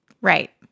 Right